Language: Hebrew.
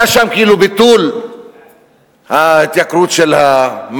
היה שם כאילו ביטול ההתייקרות של המים,